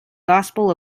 gospel